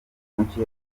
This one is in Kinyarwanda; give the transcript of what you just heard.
muke